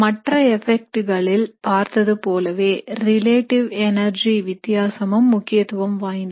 மற்ற எபெக்ட்களில் பார்த்தது போலவே ரிலேட்டிவ் எனர்ஜி வித்தியாசமும் முக்கியத்துவம் வாய்ந்தது